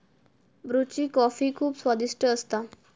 ब्रुची कॉफी खुप स्वादिष्ट असता